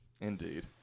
Indeed